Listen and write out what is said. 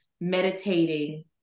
meditating